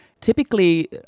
Typically